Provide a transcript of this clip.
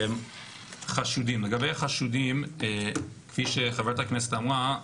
לגבי חשודים: כפי שחברת הכנסת אמרה,